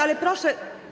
Ale proszę.